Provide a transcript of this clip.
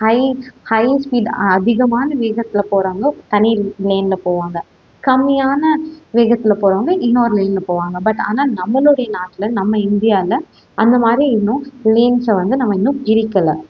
hike high ஸ்பீடாக அதிகமான வேகத்தில் போகிறவங்க தனி லேனில் போவாங்க கம்மியான வேகத்தில் போகிறவங்க இன்னொரு லேனில் போவாங்க பட் ஆனா நம்மளுடைய நாட்டில் நம்ம இந்தியாவில் அந்த மாதிரி இன்னும் லேன்ஸை வந்து நம்ம இன்னும் பிரிக்கலை